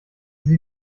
sie